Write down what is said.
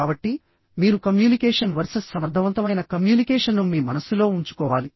కాబట్టి మీరు communication versus సమర్థవంతమైన కమ్యూనికేషన్ను మీ మనస్సులో ఉంచుకోవాలి